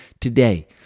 Today